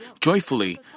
joyfully